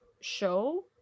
show